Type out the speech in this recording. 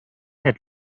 had